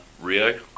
Rio